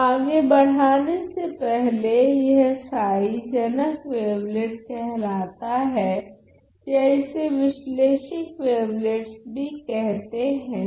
तो आगे बढ़ाने से पहले यह जनक वेवलेट कहलाता है या इसे विश्लेषक वेवलेट्स भी कहते हैं